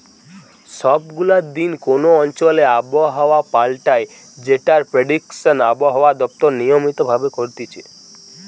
সব গুলা দিন কোন অঞ্চলে আবহাওয়া পাল্টায় যেটার প্রেডিকশন আবহাওয়া দপ্তর নিয়মিত ভাবে করতিছে